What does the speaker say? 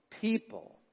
people